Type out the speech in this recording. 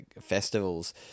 festivals